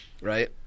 right